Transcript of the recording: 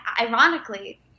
ironically